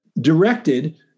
directed